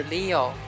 Leo，